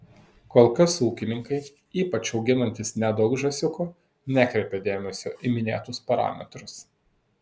kol kas ūkininkai ypač auginantys nedaug žąsiukų nekreipia dėmesio į minėtus parametrus